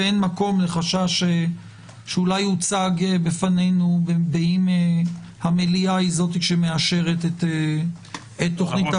ואין מקום לחשש שאולי יוצג בפנינו באם המליאה היא זו שמאשרת את תוכנית.